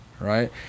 right